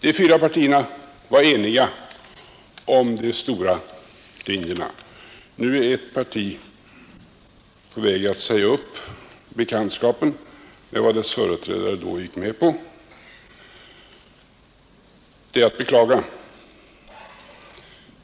De fyra partierna var eniga om de stora linjerna. Nu är ett parti på väg att säga upp bekantskapen med vad dess företrädare då gick med på. Det är att beklaga.